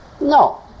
No